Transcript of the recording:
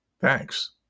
Thanks